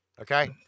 Okay